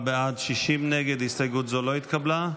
הסתייגות זו לא התקבלה.